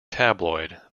tabloid